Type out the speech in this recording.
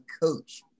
coach